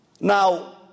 Now